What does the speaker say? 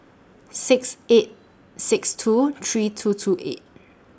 six eight six two three two two eight